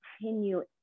continue